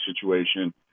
situation